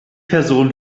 person